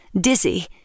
dizzy